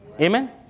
Amen